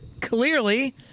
clearly